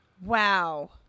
Wow